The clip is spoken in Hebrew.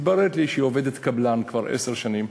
מתברר לי שהיא עובדת קבלן כבר עשר שנים,